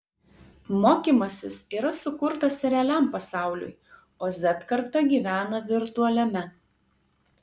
mokymasis yra sukurtas realiam pasauliui o z karta gyvena virtualiame